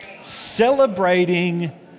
Celebrating